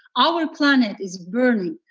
our planet is burning,